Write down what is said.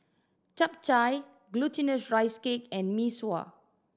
Chap Chai Glutinous Rice Cake and Mee Sua